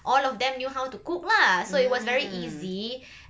all of them knew how to cook lah so it was very easy